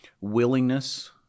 willingness